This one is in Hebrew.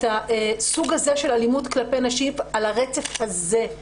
הסוג הזה של אלימות כלפי נשים על הרצף הזה,